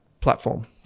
platform